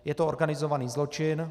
Je to organizovaný zločin.